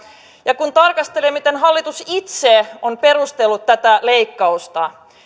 ja kun tarkastelee miten hallitus itse on perustellut tätä leikkausta